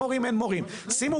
אין מורים,